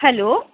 hello